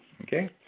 Okay